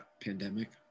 pandemic